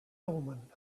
omen